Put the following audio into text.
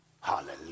Hallelujah